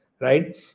right